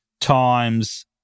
times